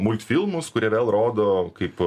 multfilmus kurie vėl rodo kaip